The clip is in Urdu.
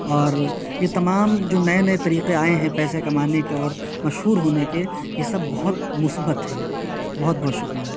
اور یہ تمام جو نئے نئے طریقے آئے ہیں پیسے کمانے کے اور مشہور ہونے کے یہ سب بہت مثبت ہیں بہت بہت شکریہ